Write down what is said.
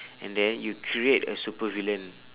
and then you create a supervillain